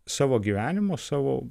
savo gyvenimo savo